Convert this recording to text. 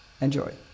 Enjoy